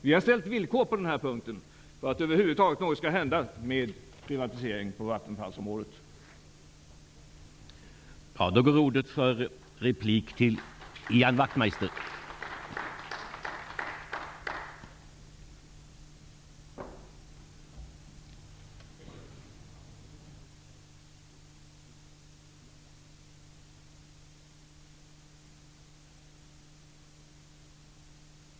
Vi har ställt villkor för att över huvud taget något skall få hända när det gäller privatiseringen på